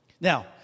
Now